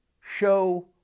show